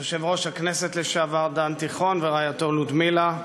יושב-ראש הכנסת לשעבר דן תיכון ורעייתו לודמילה,